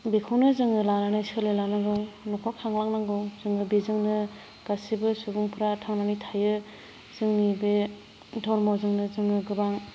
बेखौनो जोङो लानानै सोलो लानांगौ न'खर खांलांनांगौ जोङो बेजोंनो गासैबो सुबुंफ्रा थांनानै थायो जोंनि बे धर्मजोंनो जोङो गोबां